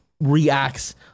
reacts